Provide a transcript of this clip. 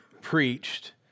preached